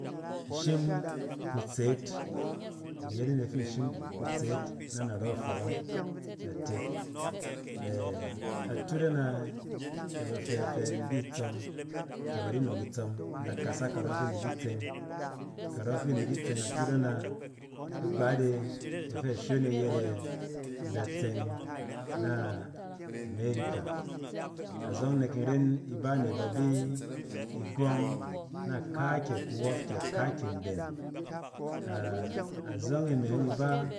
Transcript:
. In shim kutset, in yet anet fin shim kutseet na narɔ ifɔrɔng na tekye afat ana bafɛ in bi itsɔm, ke badi nɔk itsɔm in kasa karɔ fi in datseng, karɔ fi in di ki tsɛng atut ana igbate, ifi shon yet ye in da tsɛng na amerika, azɔng ne nren iba ne ba bi igwɔm na kaakyi kurop, na kaakyi mben a azɔng e yɔng fa